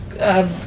um-